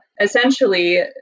Essentially